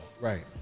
right